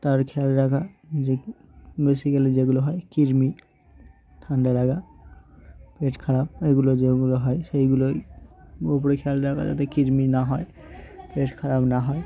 তার খেয়াল রাখা যে বেসিক্যালি যেগুলো হয় কৃমি ঠান্ডা লাগা পেট খারাপ এগুলো যেগুলো হয় সেইগুলোই উপরে খেয়াল রাখা যাতে কৃমি না হয় পেট খারাপ না হয়